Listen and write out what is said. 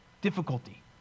difficulty